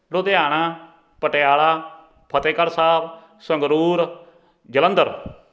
Ludhiana Patiala Fatehgarh Sahib Sangrur Jalandhar